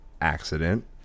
accident